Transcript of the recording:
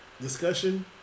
discussion